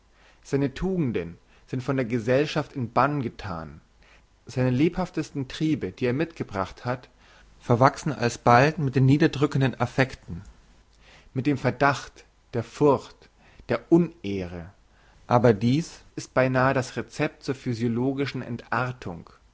seine tugenden sind von der gesellschaft in bann gethan seine lebhaftesten triebe die er mitgebracht hat verwachsen alsbald mit den niederdrückenden affekten mit dem verdacht der furcht der unehre aber dies ist beinahe das recept zur physiologischen entartung